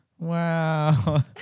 Wow